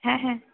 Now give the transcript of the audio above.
হ্যাঁ হ্যাঁ